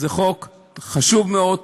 זה חוק חשוב מאוד,